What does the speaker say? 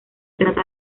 trata